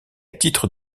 titre